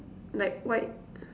like white